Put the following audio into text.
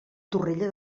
torroella